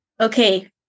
okay